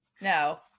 No